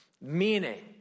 meaning